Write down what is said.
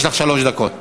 יש לך שלוש דקות להשיב.